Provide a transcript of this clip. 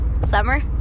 summer